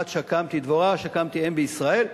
"עד שקמתי דבורה, שקמתי אם בישראל".